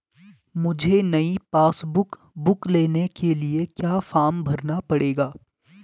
मुझे नयी passbook book लेने के लिए क्या फार्म भरना पड़ेगा?